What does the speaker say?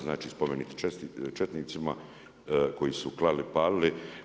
Znači, spomenik četnicima, koji su klali, palili.